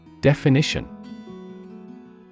Definition